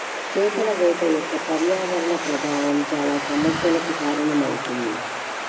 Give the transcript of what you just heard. చేపల వేట యొక్క పర్యావరణ ప్రభావం చాలా సమస్యలకు కారణమవుతుంది